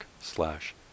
slash